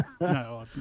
No